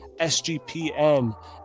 SGPN